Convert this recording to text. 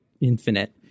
infinite